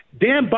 Dan